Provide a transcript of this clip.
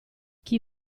chi